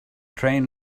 train